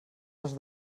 les